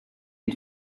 une